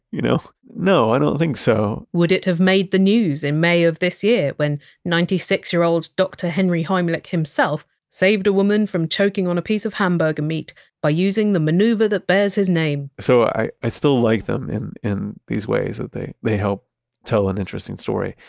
you know no, i don't think so would it have made the news in may of this year when ninety six year old dr. henry heimlich himself saved a woman from choking on a piece of hamburger meat by using the maneuver that bears his name? so i i still like them in in these ways that they help tell an interesting story.